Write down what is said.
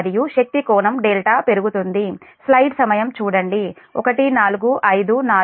మరియు శక్తి కోణం δ పెరుగుతుంది